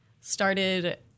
started